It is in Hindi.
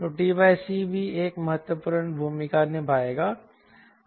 तो t c भी एक महत्वपूर्ण भूमिका निभाएगा